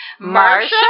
Marsha